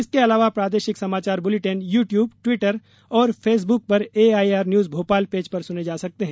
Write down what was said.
इसके अलावा प्रादेशिक समाचार बुलेटिन यू ट्यूब ट्विटर और फेसबुक पर एआईआर न्यूज भोपाल पेज पर सुने जा सकते हैं